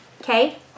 okay